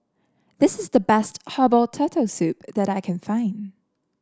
this is the best Herbal Turtle Soup that I can find